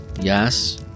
Yes